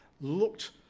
looked